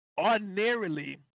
ordinarily